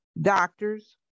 doctors